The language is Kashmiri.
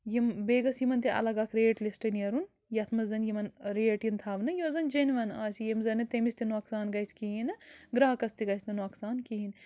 یِم بیٚیہِ گٔژھ یِمن تہِ الگ اَکھ ریٹ لسٹہٕ نٮ۪رُن یَتھ منٛز یِمن ریٹ یِنۍ تھاونہٕ یُس زن جیٚنِون آسہِ یِم زن نہٕ تٔمس تہِ نۄقصان گَژھِ کِہیٖنۍ نہٕ گراہقس تہِ گَژِھ نہٕ نۄقصان کِہیٖنۍ